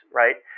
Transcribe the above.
right